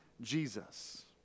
Jesus